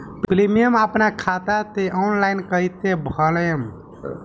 Premium अपना खाता से ऑनलाइन कईसे भरेम?